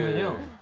ah you